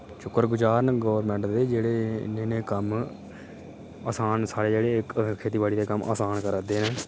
शुक्र गुजार न गौरमैंट दे जेह्ड़े इन्ने इन्ने कम्म असान साढ़े जेह्ड़े इक खेती बाड़ी दे कम्म असान करा दे न